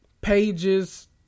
pages